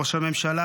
ראש הממשלה,